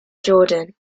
jordan